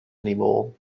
anymore